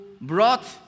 brought